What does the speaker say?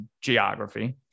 geography